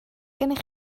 gennych